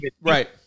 right